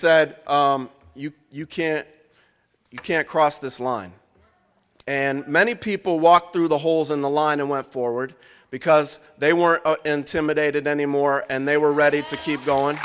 said you you can't you can't cross this line and many people walked through the holes in the line and went forward because they were intimidated anymore and they were ready to keep going